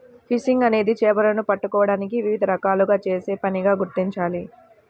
fishing అనేది చేపలను పట్టుకోవడానికి వివిధ రకాలుగా చేసే పనిగా గుర్తించాలి